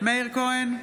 מאיר כהן,